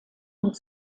und